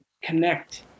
Connect